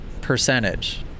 percentage